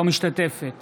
אינה משתתפת